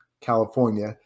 California